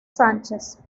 sánchez